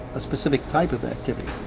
a specific type of activity.